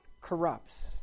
corrupts